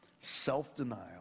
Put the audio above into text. Self-denial